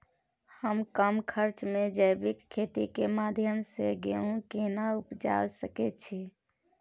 हम कम खर्च में जैविक खेती के माध्यम से गेहूं केना उपजा सकेत छी?